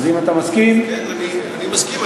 אז אם אתה מסכים, כן, אני מסכים.